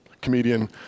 comedian